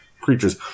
creatures